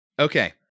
Okay